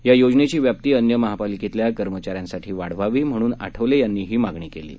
या योजनेची व्याप्ती अन्य महापालिकेतल्या कर्मचाऱ्यांसाठी वाढवावी म्हणून आठवले यांनी ही मागणी केली आहे